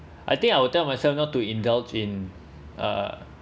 I think I will tell myself not to indulge in uh